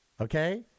okay